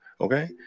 Okay